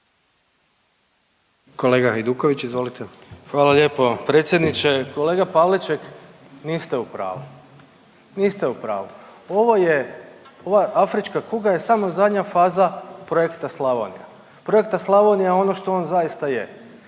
(Socijaldemokrati)** Hvala lijepo predsjedniče. Kolega Pavliček niste u pravu, niste u pravu, ovo je ova afrička kuga je samo zadnja faza projekta Slavonija, projekta Slavonija ono što on zaista je.